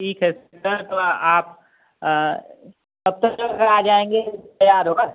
ठीक है सर तो आप कब तक अगर आ जाएंगे तैयार होकर